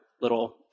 little